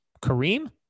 Kareem